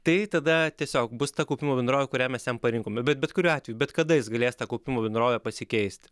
tai tada tiesiog bus ta kaupimo bendrovė kurią mes jam parinkome bet bet kuriuo atveju bet kada jis galės tą kaupimo bendrovę pasikeist